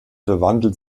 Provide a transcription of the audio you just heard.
verwandelt